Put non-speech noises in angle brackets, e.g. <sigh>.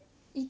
<breath>